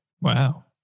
Wow